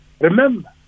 Remember